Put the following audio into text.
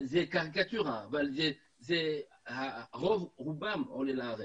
זה קריקטורה, אבל רוב רובם עולים לארץ,